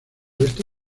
oeste